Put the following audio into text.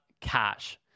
cash